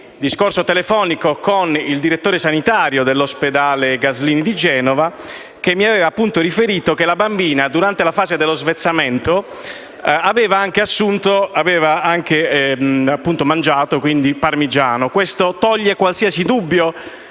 discorso telefonico con il direttore sanitario dell'ospedale Gaslini di Genova, che mi aveva riferito che la bambina, durante la fase dello svezzamento, aveva anche mangiato parmigiano. Questo toglie qualsiasi dubbio